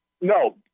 No